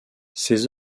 ses